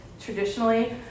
traditionally